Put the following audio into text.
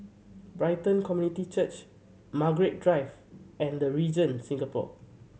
Brighton Community Church Margaret Drive and The Regent Singapore